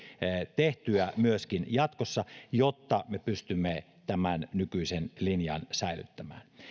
tehtyä myöskin jatkossa jotta me pystymme tämän nykyisen linjan säilyttämään